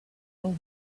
all